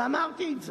ואמרתי את זה.